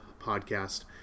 podcast